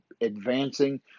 advancing